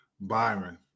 Byron